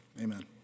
Amen